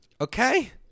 Okay